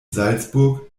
salzburg